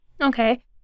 Okay